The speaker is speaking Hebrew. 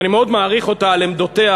ואני מאוד מעריך אותה על עמדותיה,